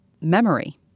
memory